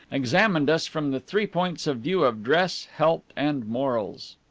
examined us from the three points of view of dress, health, and morals.